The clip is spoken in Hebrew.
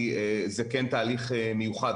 כי זה כן תהליך מיוחד,